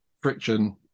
friction